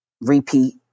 repeat